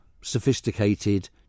sophisticated